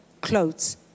clothes